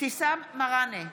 אבתיסאם מראענה,